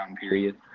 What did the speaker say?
period